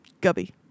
Gubby